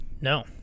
No